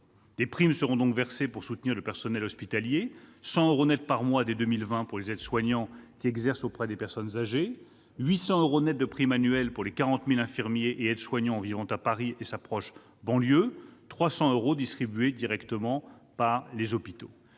Des primes seront donc versées pour soutenir le personnel hospitalier : 100 euros nets par mois dès 2020 pour les aides-soignants exerçant auprès des personnes âgées, 800 euros nets de prime annuelle pour les 40 000 infirmiers et aides-soignants vivant à Paris et dans sa proche banlieue, 300 euros de prime annuelle distribués directement par les hôpitaux.